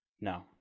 No